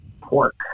pork